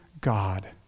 God